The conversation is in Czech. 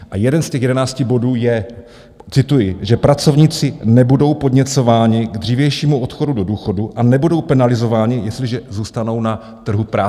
A jeden z těch jedenácti bodů je cituji že pracovníci nebudou podněcováni k dřívějšímu odchodu do důchodu a nebudou penalizováni, jestliže zůstanou na trhu práce.